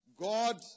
God